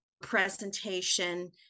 presentation